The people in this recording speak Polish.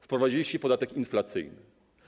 Wprowadziliście podatek inflacyjny.